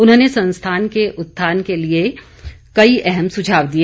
उन्होंने संस्थान के उत्थान के लिए कई अहम सुझाव दिए